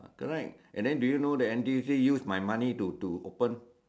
correct and then do you know that N_T_U_C use my money to to open